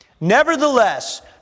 Nevertheless